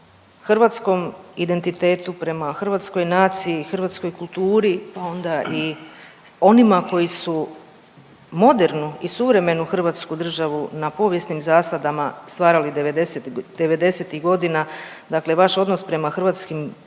hrvatskom identitetu, prema hrvatskoj naciji, hrvatskoj kulturi pa onda i onima koji su modernu i suvremenu hrvatsku državu na povijesnim zasadima stvarali '90.-tih godina, dakle vaš odnos prema hrvatskim